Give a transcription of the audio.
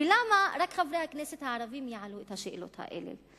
למה רק חברי הכנסת הערבים יעלו את השאלות האלה?